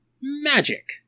Magic